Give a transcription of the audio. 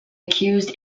accused